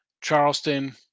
Charleston